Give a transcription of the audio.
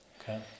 Okay